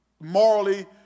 morally